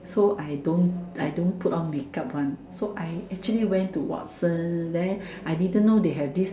so I don't I don't put on make up one so I actually went to Watsons there I didn't know they have this